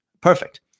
Perfect